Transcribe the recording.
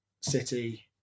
City